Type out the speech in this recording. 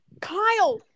Kyle